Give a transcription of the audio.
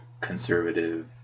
conservative